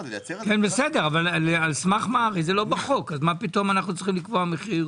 אבל זה לא בחוק אז מה פתאום אנחנו צריכים לקבוע מחיר?